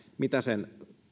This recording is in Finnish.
mitä sen